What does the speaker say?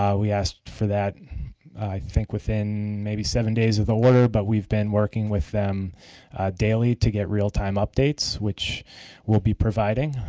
um we asked for that i think within maybe seven days of the order but we've been working with them daily to get realtime updates which we will be providing.